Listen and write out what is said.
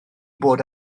bod